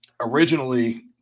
originally